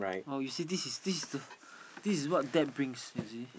oh you see this is this is the this is what debt brings you see